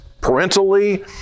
parentally